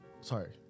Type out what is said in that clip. Sorry